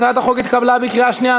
הצעת החוק התקבלה בקריאה שנייה.